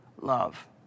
love